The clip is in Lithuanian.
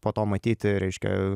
po to matyti reiškia